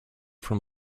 from